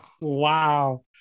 Wow